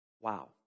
Wow